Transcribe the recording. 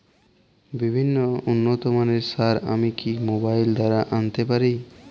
বিভিন্ন উন্নতমানের সার আমি কি মোবাইল দ্বারা আনাতে পারি?